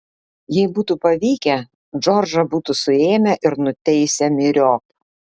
jei būtų pavykę džordžą būtų suėmę ir nuteisę myriop